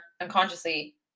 unconsciously